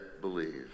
believe